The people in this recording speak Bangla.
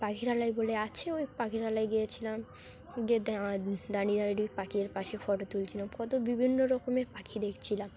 পাখিরালয় বলে আছে ওই পাখিরালয় গিয়েছিলাম গিয়ে দাঁ দাঁড়িয়ে দাঁড়িয়ে পাখির পাশে ফটো তুলছিলাম কত বিভিন্ন রকমের পাখি দেখছিলাম